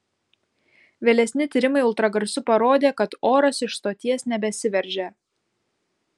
vėlesni tyrimai ultragarsu parodė kad oras iš stoties nebesiveržia